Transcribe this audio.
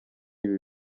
ibi